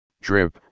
drip